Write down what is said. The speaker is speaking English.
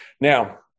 Now